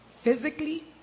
Physically